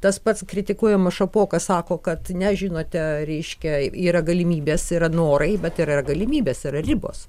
tas pats kritikuojamas šapoka sako kad ne žinote reiškia yra galimybės yra norai bet yra ir galimybės yra ribos